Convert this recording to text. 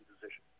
position